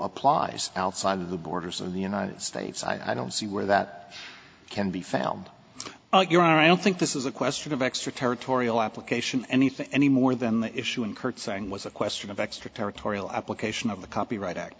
applies outside the borders of the united states i don't see where that can be found your honor i don't think this is a question of extraterritorial application anything any more than the issue in curtseying was a question of extraterritorial application of the copyright act